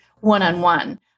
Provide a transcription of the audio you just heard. one-on-one